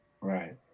Right